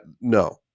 no